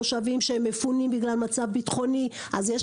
מושבים שמפונים בגלל מצב ביטחוני אז יש